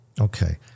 Okay